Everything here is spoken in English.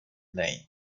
lane